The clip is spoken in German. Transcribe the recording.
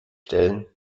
stellen